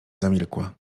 zamilkła